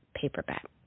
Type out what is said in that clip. paperback